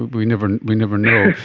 we never we never know.